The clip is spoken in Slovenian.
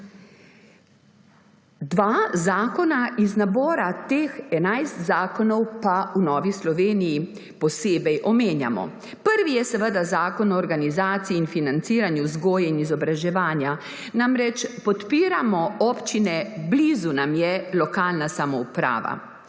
Dva zakona iz nabora teh enajstih zakonov pa v Novi Sloveniji posebej omenjamo. Prvi je seveda Zakon o organizaciji in financiranju vzgoje in izobraževanja. Namreč, podpiramo občine, blizu nam je lokalna samouprava.